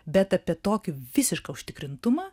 bet apie tokį visišką užtikrintumą